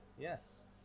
yes